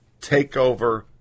takeover